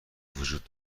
وجود